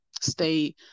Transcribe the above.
stay